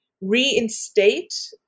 reinstate